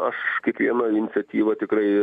aš kiekvieną iniciatyvą tikrai